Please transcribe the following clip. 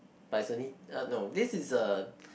but is only uh no this is a